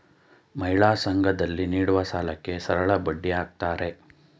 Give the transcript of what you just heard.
ಮಹಿಳಾ ಸಂಘ ದಲ್ಲಿ ನೀಡುವ ಸಾಲಕ್ಕೆ ಸರಳಬಡ್ಡಿ ಹಾಕ್ತಾರೆ